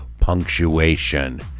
punctuation